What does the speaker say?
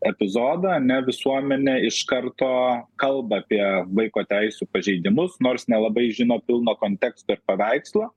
epizodą ane visuomenė iš karto kalba apie vaiko teisių pažeidimus nors nelabai žino pilno konteksto ir paveikslo